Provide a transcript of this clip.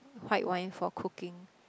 white wine for cooking